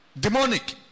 demonic